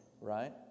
Right